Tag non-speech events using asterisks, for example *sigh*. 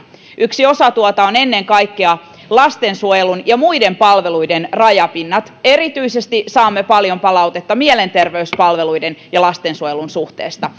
yksi osa tuota on ennen kaikkea lastensuojelun ja muiden palveluiden rajapinnat erityisesti saamme paljon palautetta mielenterveyspalveluiden ja lastensuojelun suhteesta *unintelligible*